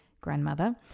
grandmother